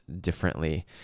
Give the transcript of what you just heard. differently